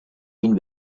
been